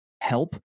help